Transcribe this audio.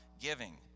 giving